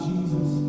Jesus